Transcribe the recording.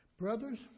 Brothers